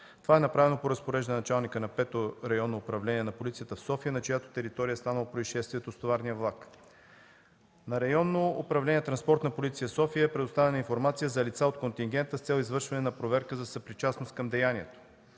Това е направено по разпореждане на началника на Пето районно управление на полицията в София, на чиято територия е станало произшествието с товарния влак. На Районно управление „Транспортна полиция” – София, е предоставена информация за лица от контингента с цел извършване на проверка за съпричастност към деянието.